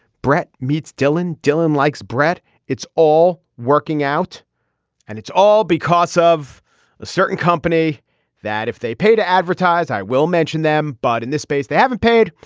brett meets dylan. dylan likes brett it's all working out and it's all because of a certain company that if they pay to advertise i will mention them. but in this space they haven't paid.